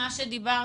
מה שאמרת,